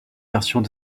versions